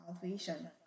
salvation